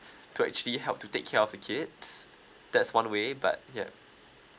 to actually help to take care of the kids that's one way but yup